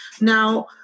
Now